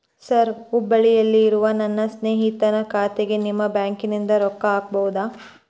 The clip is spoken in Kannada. ಸರ್ ಹುಬ್ಬಳ್ಳಿಯಲ್ಲಿ ಇರುವ ನನ್ನ ಸ್ನೇಹಿತನ ಖಾತೆಗೆ ನಿಮ್ಮ ಬ್ಯಾಂಕಿನಿಂದ ರೊಕ್ಕ ಹಾಕಬಹುದಾ?